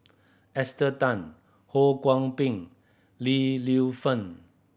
Esther Tan Ho Kwon Ping Li Lienfung